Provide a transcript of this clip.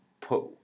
put